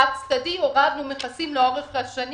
חד-צדדית הורדנו מכסים לאורך השנים